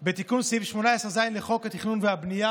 הוא תיקון סעיף 18(ז) לחוק התכנון והבנייה,